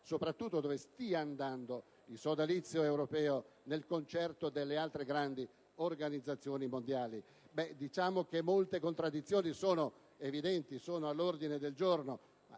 soprattutto dove stia andando il sodalizio europeo, nel concerto delle altre grandi organizzazioni mondiali. Molte contraddizioni sono evidenti e sono all'ordine del giorno,